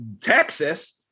Texas